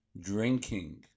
drinking